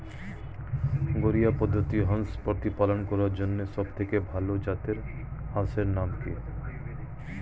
ঘরোয়া পদ্ধতিতে হাঁস প্রতিপালন করার জন্য সবথেকে ভাল জাতের হাঁসের নাম কি?